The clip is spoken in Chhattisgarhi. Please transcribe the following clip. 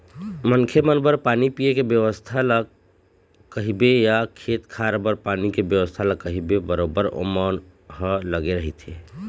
मनखे मन बर पानी पीए के बेवस्था ल कहिबे या खेत खार बर पानी के बेवस्था ल कहिबे बरोबर ओमन ह लगे रहिथे